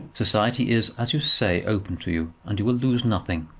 society is, as you say, open to you, and you will lose nothing.